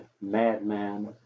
madman